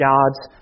God's